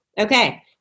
Okay